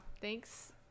Thanks